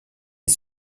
les